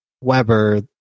Weber